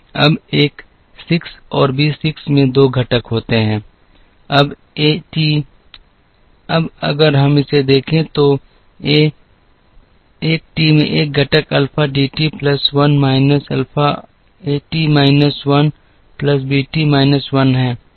अब एक 6 और बी 6 में 2 घटक होते हैं अब एक टी अब अगर हम इसे देखें तो एक टी में एक घटक alpha d t plus 1 minus alpha एक t minus 1 plus B t minus 1 है